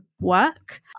work